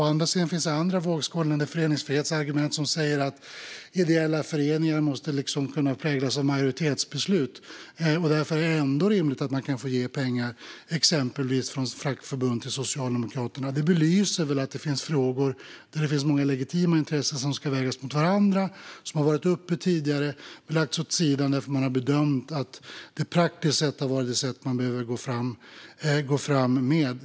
Men i den andra vågskålen finns föreningsfrihetsargument som säger att ideella föreningar måste kunna präglas av majoritetsbeslut och att det därför ändå är rimligt att man får ge pengar exempelvis från fackförbund till Socialdemokraterna. Det belyser att det finns frågor där många legitima intressen ska vägas mot varandra. Det finns flera frågor som har varit uppe tidigare men lagts åt sidan därför att man bedömt att det praktiskt sett varit det sätt man behövt gå fram med.